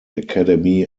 academy